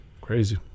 Crazy